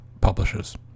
publishers